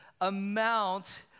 amount